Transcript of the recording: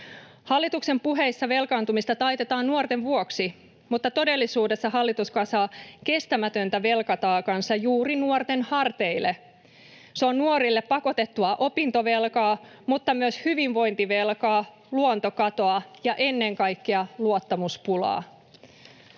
Hallituksen puheissa velkaantumista taitetaan nuorten vuoksi, mutta todellisuudessa hallitus kasaa kestämätöntä velkataakkaansa juuri nuorten harteille. Se on nuorille pakotettua opintovelkaa mutta myös hyvinvointivelkaa, luontokatoa ja ennen kaikkea luottamuspulaa.